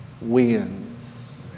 wins